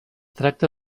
tracta